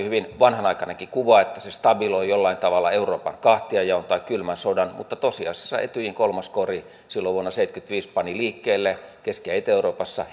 hyvin vanhanaikainenkin kuva että se stabiloi jollain tavalla euroopan kahtiajaon tai kylmän sodan mutta tosiasiassa etykin kolmas kori silloin vuonna seitsemänkymmentäviisi pani liikkeelle keski ja itä euroopassa